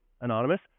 anonymous